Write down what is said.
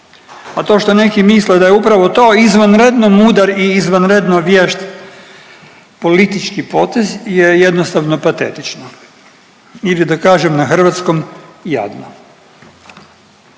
a to što neki misle da je upravo to izvanredno mudar i izvanredno vješt politički potez je jednostavno patetično ili da kažem na hrvatskom jadno.